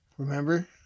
Remember